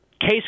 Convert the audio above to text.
case